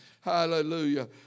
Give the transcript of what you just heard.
Hallelujah